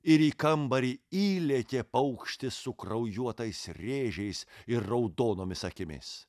ir į kambarį įlėkė paukštis su kraujuotais rėžiais ir raudonomis akimis